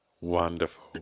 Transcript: Wonderful